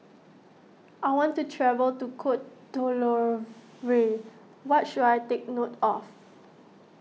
I want to travel to Cote D'Ivoire what should I take note of